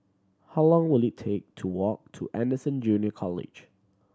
how long will it take to walk to Anderson Junior College